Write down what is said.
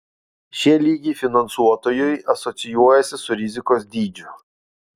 šie lygiai finansuotojui asocijuojasi su rizikos dydžiu